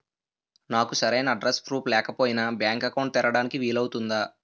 నాకు సరైన address proof లేకపోయినా బ్యాంక్ అకౌంట్ తెరవడానికి వీలవుతుందా?